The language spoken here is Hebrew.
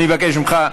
אני מבקש ממך,